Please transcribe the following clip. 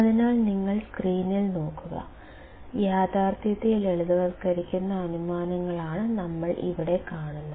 അതിനാൽ നിങ്ങൾ സ്ക്രീനിൽ നോക്കുക യാഥാർത്ഥ്യത്തെ ലളിതവൽക്കരിക്കുന്ന അനുമാനങ്ങളാണ് നമ്മൾ ഇവിടെ കാണുന്നത്